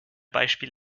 beispiel